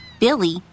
Billy